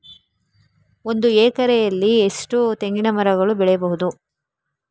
ಒಂದು ಎಕರೆಯಲ್ಲಿ ಎಷ್ಟು ತೆಂಗಿನಮರಗಳು ಬೆಳೆಯಬಹುದು?